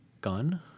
gun